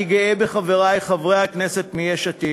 אני גאה בחברי חברי הכנסת מיש עתיד,